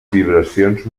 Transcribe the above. vibracions